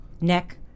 neck